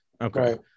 Okay